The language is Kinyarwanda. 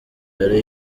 yari